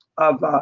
of,